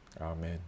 Amen